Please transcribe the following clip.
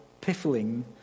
piffling